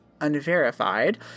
unverified